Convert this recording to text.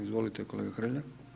Izvolite kolega Hrelja.